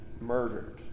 murdered